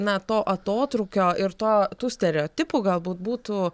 na to atotrūkio ir to tų stereotipų galbūt būtų